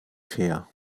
fair